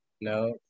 No